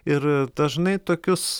ir dažnai tokius